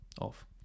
off